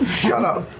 shut up.